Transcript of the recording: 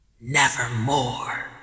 nevermore